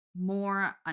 more